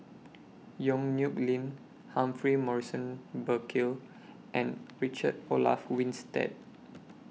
Yong Nyuk Lin Humphrey Morrison Burkill and Richard Olaf Winstedt